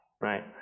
right